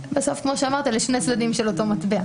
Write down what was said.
בסוף, כמו שאמרת, אלה שני צדדים של אותו מטבע.